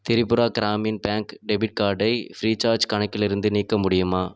Tripura Gramin bank debit கார்டை Freecharge கணக்கிலிருந்து நீக்க முடியுமா